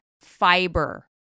fiber